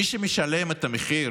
מי שמשלם את המחיר